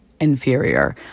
inferior